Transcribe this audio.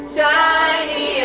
Shiny